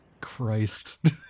Christ